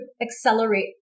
accelerate